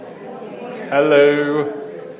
Hello